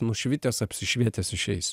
nušvitęs apsišvietęs išeisi